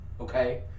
Okay